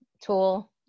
tool